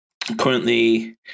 Currently